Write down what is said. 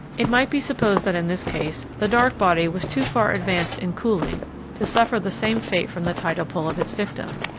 it might be supposed that in this case the dark body was too far advanced in cooling to suffer the same fate from the tidal pull of its victim.